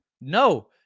No